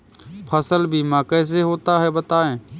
फसल बीमा कैसे होता है बताएँ?